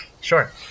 Sure